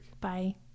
bye